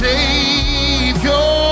Savior